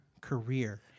career